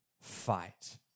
fight